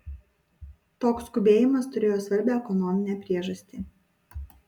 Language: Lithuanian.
toks skubėjimas turėjo svarbią ekonominę priežastį